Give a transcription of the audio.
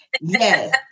Yes